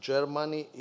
Germany